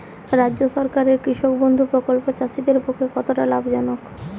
রাজ্য সরকারের কৃষক বন্ধু প্রকল্প চাষীদের পক্ষে কতটা লাভজনক?